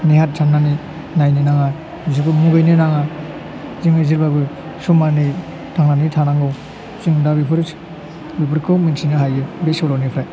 नेहाद साननानै नायनो नाङा बिसोरखौ मुगैनो नाङा जोङो जेब्लाबो समानै थांनानै थानांगौ जों दा बेफोर बेफोरखौ मिथिनो हायो बे सल'निफ्राय